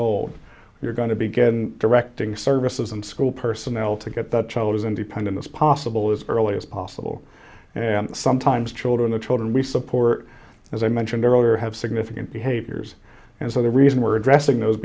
old you're going to begin directing services and school personnel to get that child as independent as possible as early as possible and sometimes children the children we support as i mentioned earlier have significant behaviors and so the reason we're addressing those